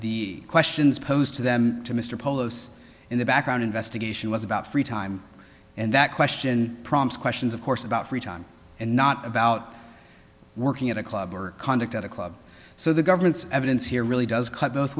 the questions posed to them to mr polos in the background investigation was about free time and that question prompts questions of course about free time and not about working at a club or conduct at a club so the government's evidence here really does cut both